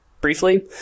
briefly